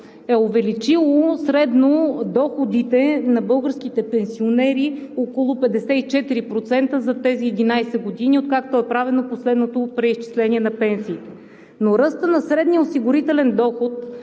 е увеличило средно доходите на българските пенсионери около 54% за тези 11 години, откакто е правено последното преизчисление на пенсиите. Но ръстът на средния осигурителен доход